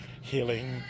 healing